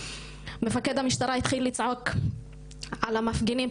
מפקד המשטרה התחיל לצעוק על המפגינים,